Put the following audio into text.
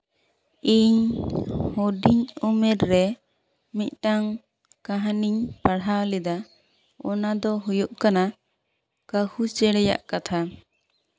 ᱤᱧ ᱦᱩᱰᱤᱧ ᱩᱢᱮᱨ ᱨᱮ ᱢᱤᱫᱴᱟᱝ ᱠᱟᱦᱱᱤᱧ ᱯᱟᱲᱦᱟᱣ ᱞᱮᱫᱟ ᱚᱱᱟ ᱫᱚ ᱦᱩᱭᱩᱜ ᱠᱟᱱᱟ ᱠᱟᱺᱦᱩ ᱪᱮᱬᱮᱭᱟᱜ ᱠᱟᱛᱷᱟ